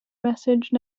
message